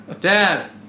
Dad